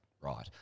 right